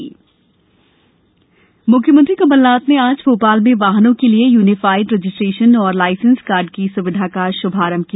कमलनाथ मुख्यमंत्री कमल नाथ ने आज भोपाल में वाहनों के लिये यूनिफाइड रजिस्ट्रेशन और लायसेंस कार्ड की सुविधा का शुभारंभ किया